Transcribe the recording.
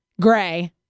gray